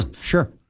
sure